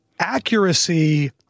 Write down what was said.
accuracy